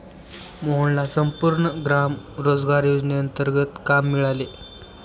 मोहनला संपूर्ण ग्राम रोजगार योजनेंतर्गत काम मिळाले